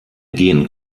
gehen